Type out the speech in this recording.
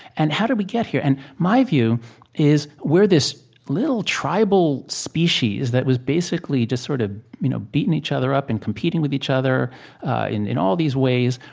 and how did we get here? and my view is we're this little, tribal species that was basically just sort of you know beating each other up, and competing with each other in in all these ways,